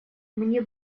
мне